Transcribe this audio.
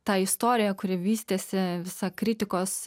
ta istorija kuri vystėsi visa kritikos